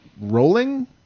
rolling